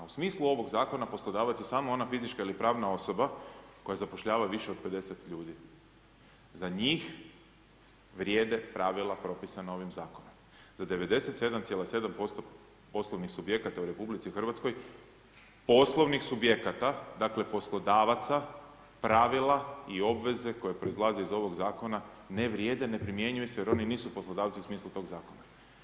U smislu ovog zakona, poslodavac je samo ona fizička ili pravna osoba koja zapošljava više od 50 ljudi. za njih vrijede pravila propisane ovim zakonom, za 97,7% poslovnih subjekata u HR, poslovnih subjekata, dakle, poslodavaca pravila i obveze koje proizlaze iz ovog zakona ne vrijede, ne primjenjuju se jer oni nisu poslodavci u smislu tog zakona.